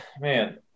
man